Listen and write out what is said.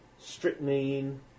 strychnine